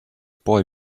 boy